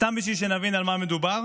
סתם בשביל שנבין על מה מדובר: